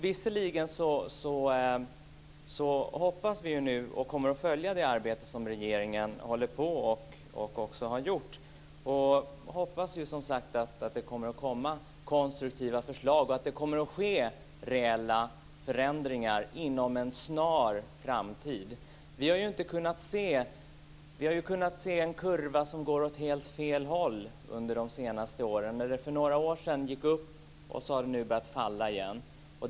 Vi kommer att följa det arbete som regeringen håller på med och hoppas som sagt att det kommer att komma konstruktiva förslag och ske reella förändringar inom en snar framtid. Vi har ju kunnat se en kurva som gått åt helt fel håll under de senaste åren. För några år sedan gick den uppåt, men nu har den börjat falla igen.